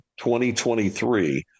2023